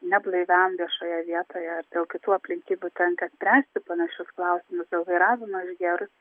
neblaiviam viešoje vietoje ar dėl kitų aplinkybių tenka spręsti panašius klausimus dėl vairavimo išgėrus